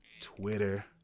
Twitter